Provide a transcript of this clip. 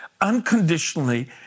unconditionally